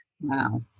Wow